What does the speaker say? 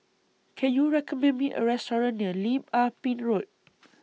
Can YOU recommend Me A Restaurant near Lim Ah Pin Road